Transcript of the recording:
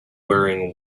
wearing